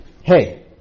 Hey